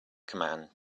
command